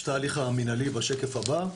יש את ההליך האזרחי בשקף הבא.